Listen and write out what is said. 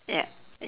ya